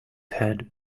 head